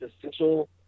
essential